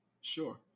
Sure